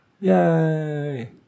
Yay